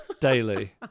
daily